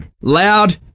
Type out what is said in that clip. loud